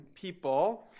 people